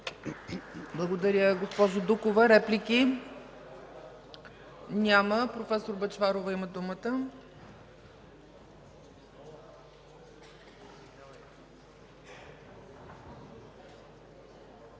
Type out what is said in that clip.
Благодаря, госпожо Дукова. Реплики? Няма. Професор Бъчварова има думата.